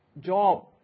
job